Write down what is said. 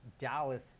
Dallas